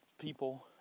people